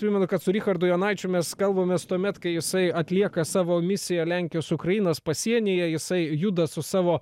primenu kad su richardu jonaičiu mes kalbamės tuomet kai jisai atlieka savo misiją lenkijos ukrainos pasienyje jisai juda su savo